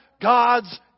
God's